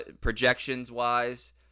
Projections-wise